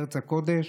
ארץ הקודש.